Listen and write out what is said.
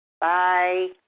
Bye